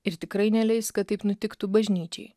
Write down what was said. ir tikrai neleis kad taip nutiktų bažnyčiai